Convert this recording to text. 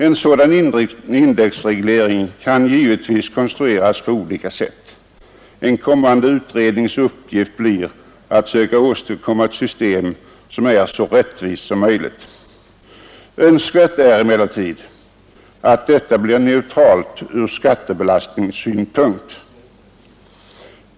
En sådan indexreglering kan givetvis konstrueras på olika sätt. En kommande utrednings uppgift blir att söka åstadkomma ett system, som är så rättvist som möjligt. Önskvärt är emellertid att detta blir neutralt från skattebelastningssynpunkt.